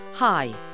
Hi